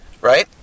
right